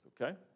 Okay